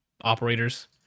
operators